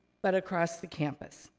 but across the campus.